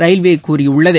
railway கூறியுள்ளது